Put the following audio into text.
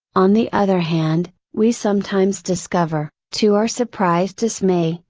on the other hand, we sometimes discover, to our surprised dismay,